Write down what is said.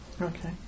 Okay